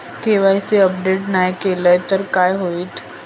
KYC update नाय केलय तर काय होईत?